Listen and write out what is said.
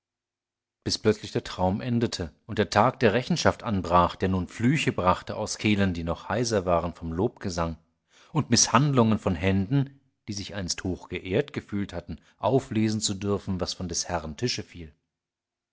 bis plötzlich der traum endete und der tag der rechenschaft anbrach der nun flüche brachte aus kehlen die noch heiser waren vom lobgesang und mißhandlungen von händen die sich einst hochgeehrt gefühlt hatten auflesen zu dürfen was von des herren tische fiel